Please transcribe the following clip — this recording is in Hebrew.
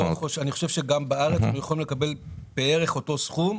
אני חושב שגם בארץ הם יכולים לקבל בערך אותו סכום.